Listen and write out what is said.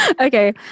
Okay